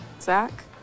Zach